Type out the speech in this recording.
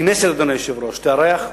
הכנסת, אדוני היושב-ראש, תארח פה,